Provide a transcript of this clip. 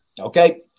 Okay